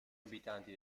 abitanti